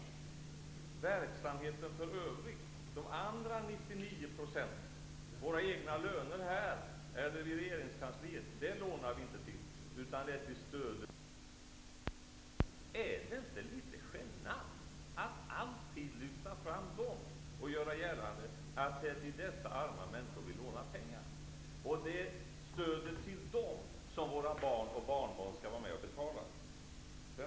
Till verksamheten i övrigt, de resterande 99 %-- till våra egna löner här eller i regeringskansliet -- lånar vi inte, utan bara till stödet för de sämst ställda. Är det inte litet genant att alltid lyfta fram dem och göra gällande att det är till dessa arma människor som vi lånar pengar och att det är till stödet till dem som våra barn och barnbarn skall vara med och betala?